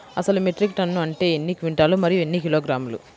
అసలు metric ton అంటే ఎన్ని క్వింటాలు మరియు ఎన్ని కిలోగ్రాములు?